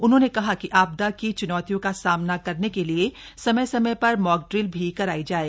उन्होंने कहा कि आपदा की चुनौतियों का सामना करने के लिए समय समय पर मॉक ड्रिल भी कराई जाए